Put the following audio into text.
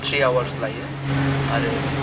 ट्रि आवार्स लायो आरो